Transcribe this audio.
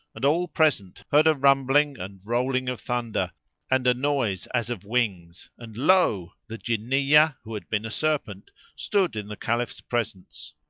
and all present heard a rumbling and rolling of thunder and a noise as of wings and lo! the jinniyah who had been a serpent stood in the caliph's presence.